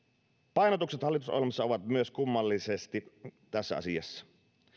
painotukset hallitusohjelmassa ovat myös kummallisia tässä asiassa